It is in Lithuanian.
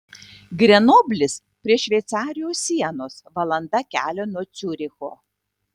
grenoblis prie šveicarijos sienos valanda kelio nuo ciuricho